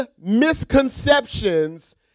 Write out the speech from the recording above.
misconceptions